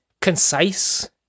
concise